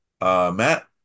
Matt